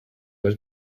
was